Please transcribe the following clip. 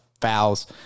fouls